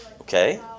Okay